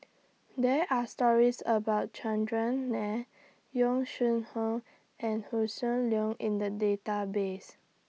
There Are stories about Chandran Nair Yong Shu Hoong and Hossan Leong in The Database